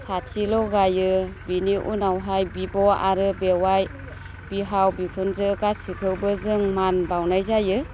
साथि लगायो बेनि उनावहाय बिब' आरो बेवाय बिहाव बिखुनजो गासिखौबो जों मान बावनाय जायो